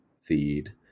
feed